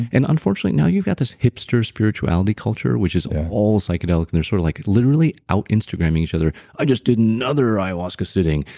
and unfortunately, now you've got this hipster spirituality culture, which is all psychedelic and they're sort of like literally out instagramming each other. i just did another ayahuasca sitting.